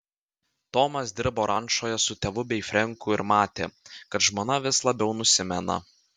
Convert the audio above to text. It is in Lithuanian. tomas dirbo rančoje su tėvu bei frenku ir matė kad žmona vis labiau nusimena